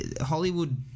Hollywood